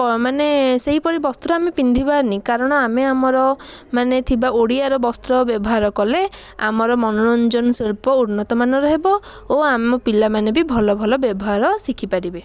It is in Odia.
ମାନେ ସେହିପରି ବସ୍ତ୍ର ଆମେ ପିନ୍ଧିବାନି କାରଣ ଆମେ ଆମର ମାନେ ଥିବା ଓଡ଼ିଆର ବସ୍ତ୍ର ବ୍ୟବହାର କଲେ ଆମର ମନୋରଞ୍ଜନ ଶିଳ୍ପ ଉନ୍ନତମାନର ହେବ ଓ ଆମ ପିଲାମାନେ ବି ଭଲ ଭଲ ବ୍ୟବହାର ଶିଖିପାରିବେ